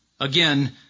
Again